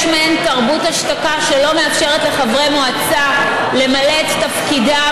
יש מעין תרבות השתקה שלא מאפשרת לחברי מועצה למלא את תפקידם